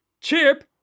Chip